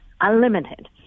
unlimited